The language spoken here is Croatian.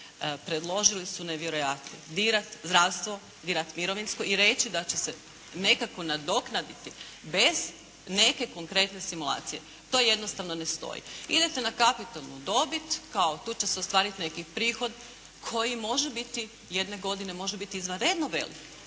predložili su nevjerojatni. Dirati zdravstvo, dirati mirovinsko i reći da će se nekako nadoknaditi bez neke konkretne simulacije. To jednostavno ne stoji. Idete na kapitalnu dobit kao tu će se ostvariti neki prihod koji može biti jedne godine, može biti